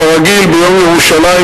כרגיל ביום ירושלים,